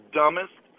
dumbest